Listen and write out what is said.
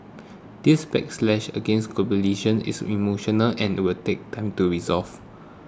this backlash against globalisation is emotional and will take time to resolve